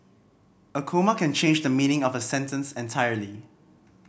a comma can change the meaning of a sentence entirely